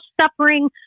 suffering